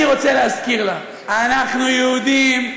אני רוצה להזכיר לה: אנחנו יהודים,